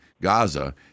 Gaza